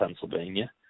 Pennsylvania